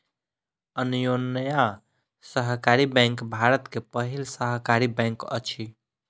अन्योन्या सहकारी बैंक भारत के पहिल सहकारी बैंक अछि